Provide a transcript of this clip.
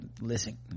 Listen